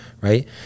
right